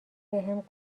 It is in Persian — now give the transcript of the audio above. بهم